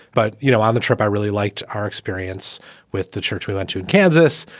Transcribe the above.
but, you know, on the trip, i really liked our experience with the church. we went to kansas.